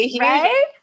Right